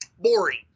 boring